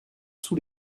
sous